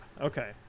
Okay